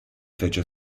fece